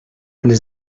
les